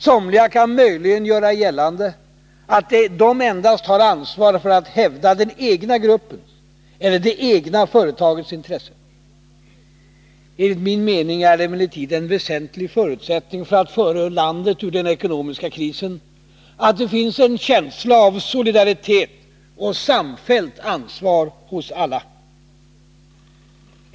Somliga kan möjligen göra gällande att de endast har ansvar för att hävda den egna gruppens eller det egna företagets intresse. Enligt min mening är det emellertid en väsentlig förutsättning för att vi skall kunna föra landet ur den ekonomiska krisen att det finns en känsla av solidaritet och samfällt ansvar hos alla.